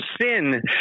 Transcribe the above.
sin